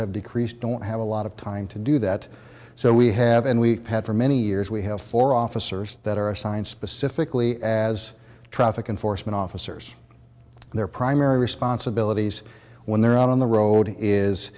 have decreased don't have a lot of time to do that so we have and we have for many years we have four officers that are assigned specifically as traffic enforcement officers and their primary responsibilities when they're out on the road is